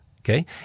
okay